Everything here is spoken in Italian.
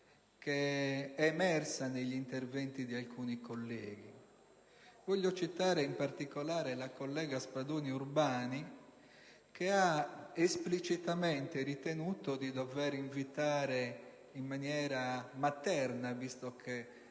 che è emersa negli interventi di alcuni colleghi. Voglio citare in particolare la collega Spadoni Urbani, che ha esplicitamente ritenuto di dover invitare - in maniera materna, devo